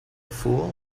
fool